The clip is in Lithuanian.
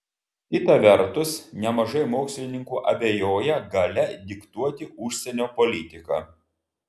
kita vertus nemažai mokslininkų abejoja galia diktuoti užsienio politiką